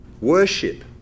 Worship